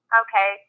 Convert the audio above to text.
okay